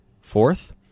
Fourth